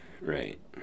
right